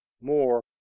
more